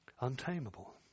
untamable